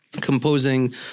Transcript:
composing